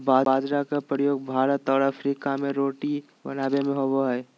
बाजरा के प्रयोग भारत और अफ्रीका में रोटी बनाबे में होबो हइ